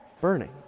burning